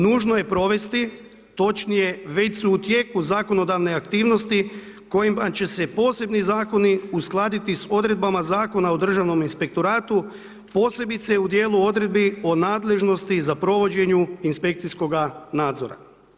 Nužno je provesti, točnije, već su tijeku zakonodavne aktivnosti kojima će se posebni zakoni uskladiti s odredbama Zakona o Državnom inspektoratu posebice u dijelu odredbi o nadležnosti za provođenje inspekcijskoga nadzora.